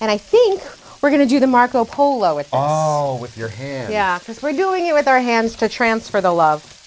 and i think we're going to do the marco polo it all with your hand yeah because we're doing it with our hands to transfer the love